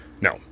no